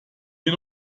wir